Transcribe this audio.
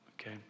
okay